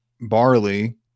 barley